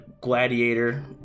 gladiator